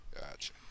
Gotcha